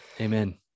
Amen